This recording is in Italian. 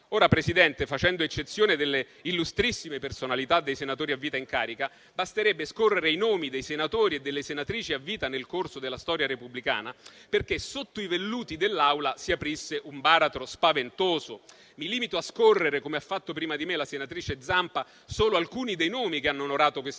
Presidente, facendo eccezione delle illustrissime personalità dei senatori a vita in carica, basterebbe scorrere i nomi dei senatori e delle senatrici a vita nel corso della storia repubblicana perché sotto i velluti dell'Aula si aprisse un baratro spaventoso. Mi limito a scorrere, come ha fatto prima di me la senatrice Zampa, solo alcuni dei nomi che hanno onorato quest'Aula: